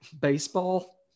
baseball